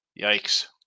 Yikes